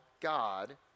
God